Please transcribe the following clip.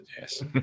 yes